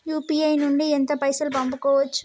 UPI నుండి ఎంత పైసల్ పంపుకోవచ్చు?